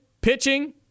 Pitching